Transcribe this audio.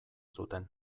zuten